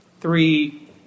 three